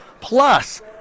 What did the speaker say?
plus